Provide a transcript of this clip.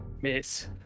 Miss